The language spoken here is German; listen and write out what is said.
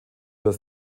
das